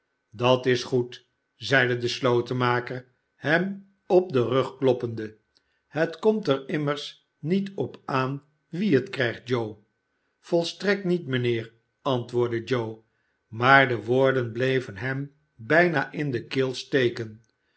dat is goed zeide de slotenmaker hem op den rug kloppende het komt er immers niet op aan wie het krijgt joe volstrekt niet mijnheer antwoordde joe maar de woorden bleven hem bijna in de keel steken